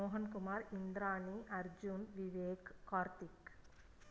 Mohankumar Indrani Arjun Vivek Karthik